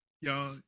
Y'all